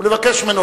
ולבקש ממנו,